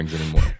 anymore